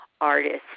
artists